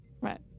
Right